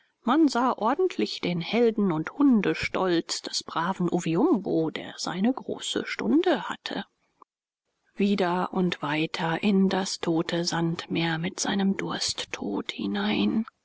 man sah ordentlich den helden und hundestolz des braven oviumbo der seine große stunde hatte wieder und weiter in das tote sandmeer mit seinem dursttod hinein